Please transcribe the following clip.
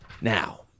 Now